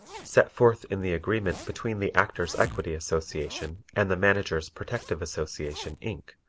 set forth in the agreement between the actors' equity association and the managers' protective association, inc,